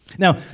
Now